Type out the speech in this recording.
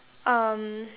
um